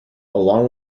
along